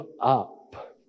up